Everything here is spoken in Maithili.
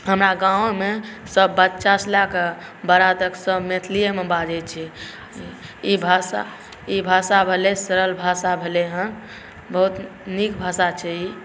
हमरा गाँवमे सभ बच्चा से लऽ कऽ बड़ा तक सभ मैथिलीएमे बाजै छै ई भाषा ई भाषा भले सरल भाषा भेलै हँ बहुत नीक भाषा छै ई